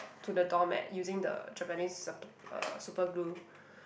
to the doormat using the Japanese uh superglue